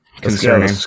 concerning